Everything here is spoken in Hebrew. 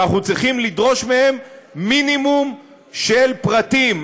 ואנחנו צריכים לדרוש מהם מינימום של פרטים,